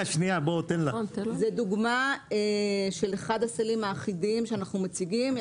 זה דוגמה של אחד הסלים האחידים שאנחנו מציגים.